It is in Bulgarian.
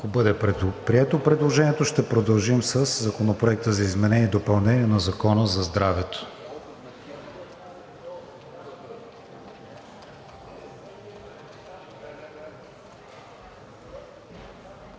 Ако бъде прието предложението, ще продължим със Законопроекта за изменение и допълнение на Закона за здравето.